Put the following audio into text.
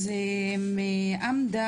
תנסי לשפר את המקום שלך ואז אם יהיה לנו זמן,